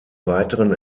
weiteren